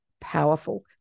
powerful